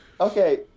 okay